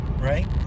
right